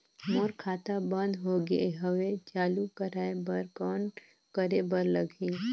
मोर खाता बंद हो गे हवय चालू कराय बर कौन करे बर लगही?